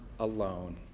Alone